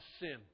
sin